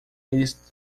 eles